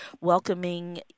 welcoming